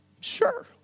sure